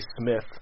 Smith